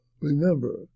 remember